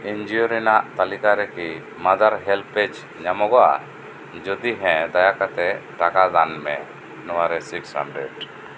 ᱮᱱᱡᱤᱭᱚ ᱨᱮᱱᱟᱜ ᱛᱟᱹᱞᱤᱠᱟ ᱨᱮᱠᱤ ᱢᱟᱫᱟᱨ ᱦᱮᱞᱯᱮᱡᱽ ᱧᱟᱢᱚᱜᱚᱜᱼᱟ ᱡᱩᱫᱤ ᱦᱮᱸ ᱫᱟᱭᱟ ᱠᱟᱛᱮᱜ ᱴᱟᱠᱟ ᱫᱟᱱ ᱢᱮ ᱱᱚᱣᱟ ᱨᱮ ᱥᱤᱠᱥ ᱦᱟᱱᱰᱨᱮᱰ